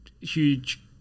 huge